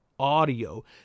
audio